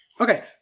okay